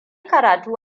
karatu